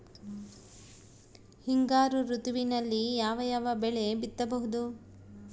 ಹಿಂಗಾರು ಋತುವಿನಲ್ಲಿ ಯಾವ ಯಾವ ಬೆಳೆ ಬಿತ್ತಬಹುದು?